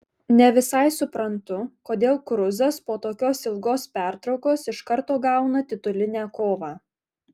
ne visai suprantu kodėl kruzas po tokios ilgos pertraukos iš karto gauna titulinę kovą